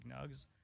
nugs